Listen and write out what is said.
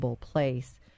place